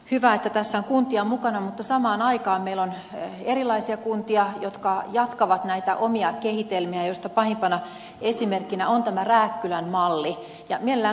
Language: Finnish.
hyvä että tässä on kuntia mukana mutta samaan aikaan meillä on erilaisia kuntia jotka jatkavat näitä omia kehitelmiään joista pahimpana esimerkkinä on tämä rääkkylän malli